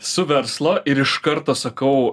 su versla ir iš karto sakau